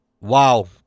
Wow